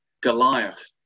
Goliath